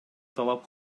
талап